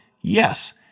Yes